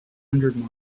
hundred